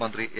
മന്ത്രി എ